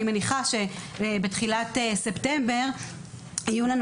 אני מניחה שבתחילת ספטמבר יהיו לנו